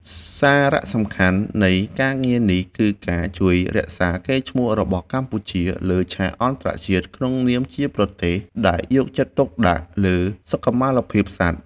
សារៈសំខាន់នៃការងារនេះគឺការជួយរក្សាកេរ្តិ៍ឈ្មោះរបស់កម្ពុជាលើឆាកអន្តរជាតិក្នុងនាមជាប្រទេសដែលយកចិត្តទុកដាក់លើសុខុមាលភាពសត្វ។